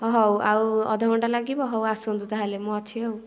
ହ ହଉ ଆଉ ଅଧ ଘଣ୍ଟା ଲାଗିବ ହଉ ଆସନ୍ତୁ ତା'ହେଲେ ମୁଁ ଅଛି ଆଉ